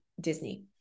Disney